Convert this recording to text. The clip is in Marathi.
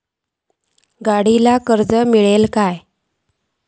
गाडयेक कर्ज मेलतला काय?